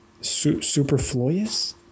Superfluous